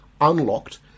unlocked